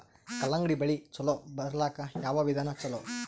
ಕಲ್ಲಂಗಡಿ ಬೆಳಿ ಚಲೋ ಬರಲಾಕ ಯಾವ ವಿಧಾನ ಚಲೋ?